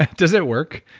like does it work?